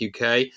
UK